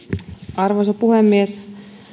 arvoisa puhemies